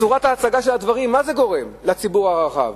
צורת הצגת הדברים, מה זה גורם לציבור הרחב,